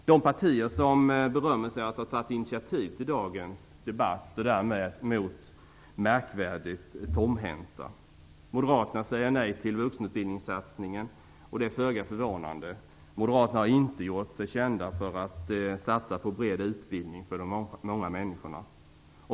De partier som berömmer sig av att ha tagit initiativ till dagens debatt står däremot märkvärdigt tomhänta. Moderaterna säger nej till vuxenutbildningssatsningen, och det är föga förvånande. Moderaterna har inte gjort sig kända för att satsa på bred utbildning för de många människorna.